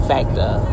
Factor